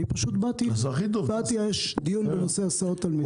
אני פשוט באתי לדיון בנושא הסעות תלמידים.